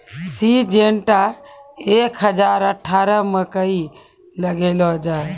Syngenta एक हजार अठारह मकई लगैलो जाय?